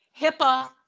HIPAA